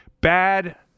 Bad